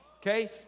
okay